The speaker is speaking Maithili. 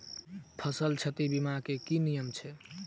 फसल क्षति बीमा केँ की नियम छै?